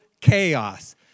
chaos